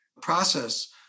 process